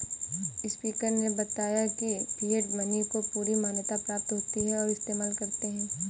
speaker ने बताया की फिएट मनी को पूरी मान्यता प्राप्त होती है और इस्तेमाल करते है